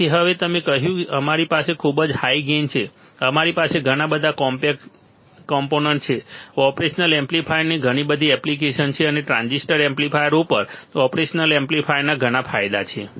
તેથી હવે તમે કહ્યું કે અમારી પાસે ખૂબ જ હાઈ ગેઇન છે અમારી પાસે ઘણા બધા કોમ્પોનન્ટ છે ઓપરેશનલ એમ્પ્લીફાયરની ઘણી બધી એપ્લિકેશન છે અને ટ્રાન્ઝિસ્ટર એમ્પ્લીફાયર ઉપર ઓપરેશનલ એમ્પ્લીફાયરના ઘણા ફાયદા છે